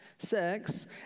Sex